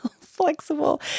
flexible